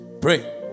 Pray